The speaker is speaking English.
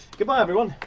g'bye everyone!